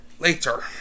later